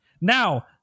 Now